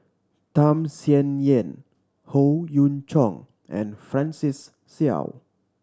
Tham Sien Yen Howe Yoon Chong and Francis Seow